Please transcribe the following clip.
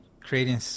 creating